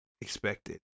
expected